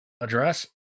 address